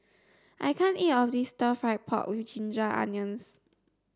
I can't eat all of this stir fried pork with ginger onions